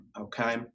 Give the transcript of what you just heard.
okay